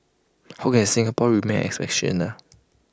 how can Singapore remain exceptional